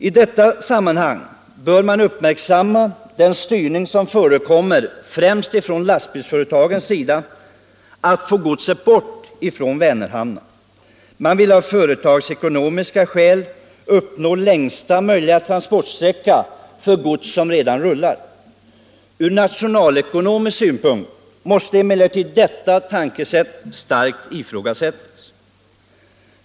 I detta sammanhang bör man uppmärksamma den styrning som förekommer främst från lastbilsföretagens sida för att få godset bort från Vänerhamnarna. Man vill av företagsekonomiska skäl uppnå längsta möjliga transportsträcka för gods som redan rullar. Ur nationalekonomisk synpunkt måste emellertid detta tänkesätt starkt ifrågasättas.